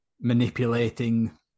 manipulating